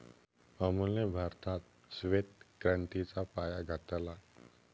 अमूलने भारतात श्वेत क्रांतीचा पाया घातला